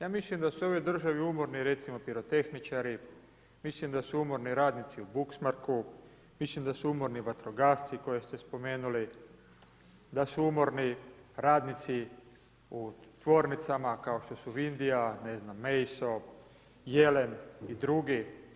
Ja mislim da su ovoj državi umorni recimo pirotehničari, mislim da su umorni radnici u booksmarku, mislim da su umorni vatrogasci koje ste spomenuli, da su umorni radnici u tvornicama kao što su Vindija, ne znam, ... Jelen i drugi.